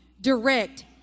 direct